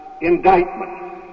indictment